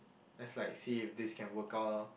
let's like see if this can work out lor